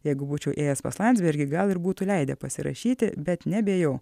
jeigu būčiau ėjęs pas landsbergį gal ir būtų leidę pasirašyti bet nebe ėjau